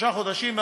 שלושה חודשים.